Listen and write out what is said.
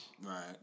Right